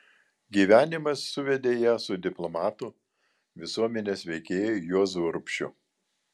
gyvenimas suvedė ją su diplomatu visuomenės veikėju juozu urbšiu